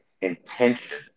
intention